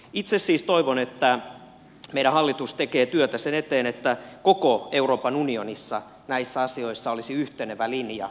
itse siis toivon että meidän hallitus tekee työtä sen eteen että koko euroopan unionissa näissä asioissa olisi yhtenevä linja